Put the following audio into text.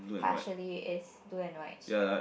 partially is blue and white stripe